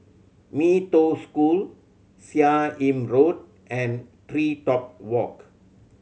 Mee Toh School Seah Im Road and TreeTop Walk